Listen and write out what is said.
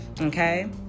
Okay